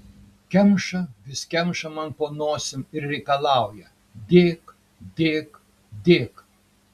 kemša vis kemša man po nosim ir reikalauja dėk dėk dėk